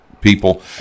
people